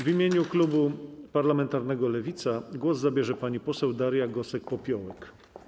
W imieniu klubu parlamentarnego Lewica głos zabierze pani poseł Daria Gosek-Popiołek.